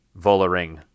Volaring